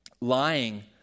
lying